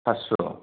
पास्स'